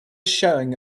showing